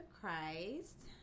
Christ